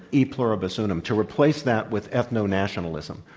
e. pluribus unum, to replace that with ethno-nationalism,